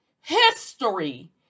history